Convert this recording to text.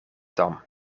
dam